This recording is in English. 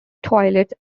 toilets